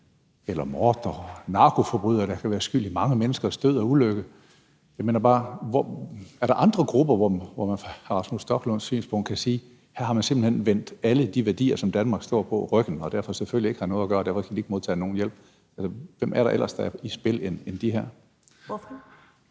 eller narkoforbrydere, der kan være skyld i mange menneskers død og ulykke? Altså, er der andre grupper, hvor man med hr. Rasmus Stoklunds synspunkt kan sige, at her har man simpelt hen vendt alle de værdier, som Danmark står på, ryggen, hvorfor de selvfølgelig ikke har noget at gøre her, og hvorfor de ikke skal modtage nogen hjælp? Altså, hvem er det ellers, der er i spil udover de her?